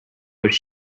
was